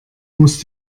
muss